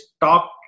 talk